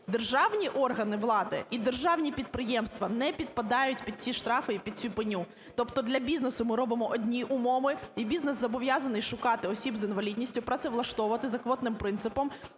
Державні органи влади і державні підприємства не підпадають під ці штрафи і під цю пеню. Тобто для бізнесу ми робимо одні умови, і бізнес зобов'язаний шукати осіб з інвалідністю, працевлаштовувати за квотним принципом,